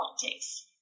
politics